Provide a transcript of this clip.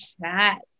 chat